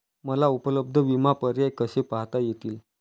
मला उपलब्ध विमा पर्याय कसे पाहता येतील?